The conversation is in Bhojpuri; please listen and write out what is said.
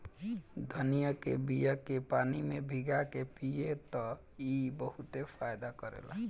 धनिया के बिया के पानी में भीगा के पिय त ई बहुते फायदा करेला